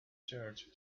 church